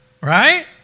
right